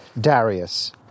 Darius